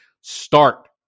start